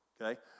okay